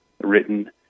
written